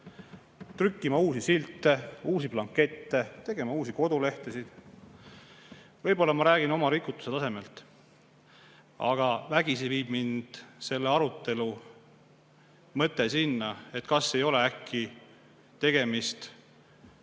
trükkima uusi silte, uusi blankette, tegema uusi kodulehti. Võib-olla ma räägin oma rikutuse tasemel, aga vägisi viib mõte mind selle arutelu puhul sinna, kas ei ole äkki tegemist